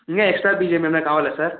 ఇంకా extra BGM ఏమన్నా కావాలా సార్